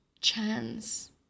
chance